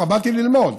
באתי ללמוד,